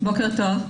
בוקר טוב.